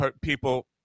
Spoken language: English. people